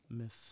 myths